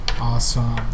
Awesome